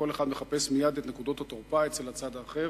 כל אחד מחפש מייד את נקודות התורפה אצל הצד האחר.